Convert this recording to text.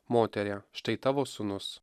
moterie štai tavo sūnus